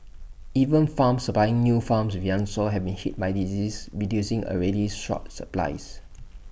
even farms supplying new farms with young sows have been hit by diseases reducing already short supplies